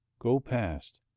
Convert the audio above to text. go past.